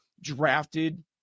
drafted